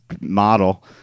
model